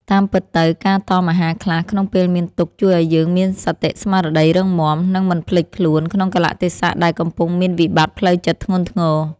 តាមពិតទៅការតមអាហារខ្លះក្នុងពេលមានទុក្ខជួយឱ្យយើងមានសតិស្មារតីរឹងមាំ និងមិនភ្លេចខ្លួនក្នុងកាលៈទេសៈដែលកំពុងមានវិបត្តិផ្លូវចិត្តធ្ងន់ធ្ងរ។